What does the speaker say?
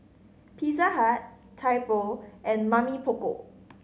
Pizza Hut Typo and Mamy Poko